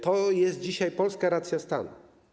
To jest dzisiaj polska racja stanu.